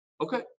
okay